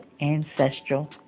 ancestral